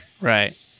right